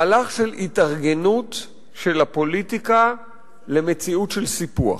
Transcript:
מהלך של התארגנות של הפוליטיקה למציאות של סיפוח.